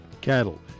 cattle